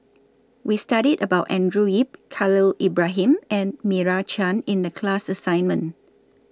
We studied about Andrew Yip Khalil Ibrahim and Meira Chand in The class assignment